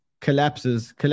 collapses